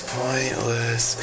pointless